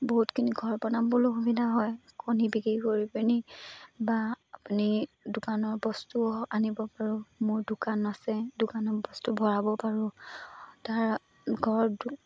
বহুতখিনি ঘৰ বনাবলৈয়ো সুবিধা হয় কণী বিক্ৰী কৰি পেনি বা আপুনি দোকানৰ বস্তু আনিব পাৰোঁ মোৰ দোকান আছে দোকানত বস্তু ভৰাব পাৰোঁ তাৰ ঘৰতো